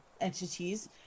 entities